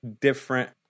different